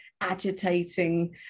agitating